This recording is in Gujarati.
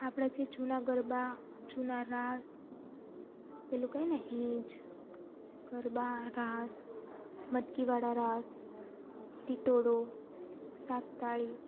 આપણા જે જુના ગરબા જુના રાસ પેલું કહીએને હીંચ ગરબા રાસ મટકીવાળા રાસ ટીટોળો સાત તાળી